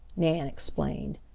nan explained.